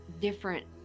different